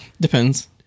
Depends